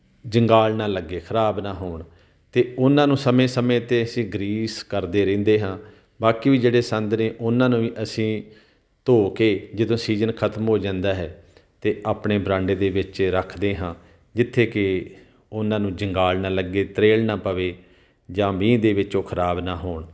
ਜੰਗਾਲ ਨਾ ਲੱਗੇ ਖਰਾਬ ਨਾ ਹੋਣ ਅਤੇ ਉਹਨਾਂ ਨੂੰ ਸਮੇਂ ਸਮੇਂ 'ਤੇ ਅਸੀਂ ਗਰੀਸ ਕਰਦੇ ਰਹਿੰਦੇ ਹਾਂ ਬਾਕੀ ਵੀ ਜਿਹੜੇ ਸੰਦ ਨੇ ਉਹਨਾਂ ਨੂੰ ਵੀ ਅਸੀਂ ਧੋ ਕੇ ਜਦੋਂ ਸੀਜਨ ਖਤਮ ਹੋ ਜਾਂਦਾ ਹੈ ਤਾਂ ਆਪਣੇ ਬਰਾਂਡੇ ਦੇ ਵਿੱਚ ਰੱਖਦੇ ਹਾਂ ਜਿੱਥੇ ਕਿ ਉਹਨਾਂ ਨੂੰ ਜੰਗਾਲ ਨਾ ਲੱਗੇ ਤਰੇਲ ਨਾ ਪਵੇ ਜਾਂ ਮੀਂਹ ਦੇ ਵਿੱਚ ਉਹ ਖਰਾਬ ਨਾ ਹੋਣ